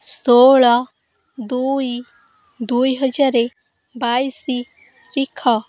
ଷୋହଳ ଦୁଇ ଦୁଇ ହଜାର ବାଇଶି ରିଖ